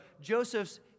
Joseph's